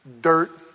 dirt